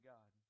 God